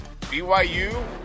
BYU